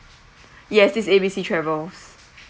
yes this is A B C travels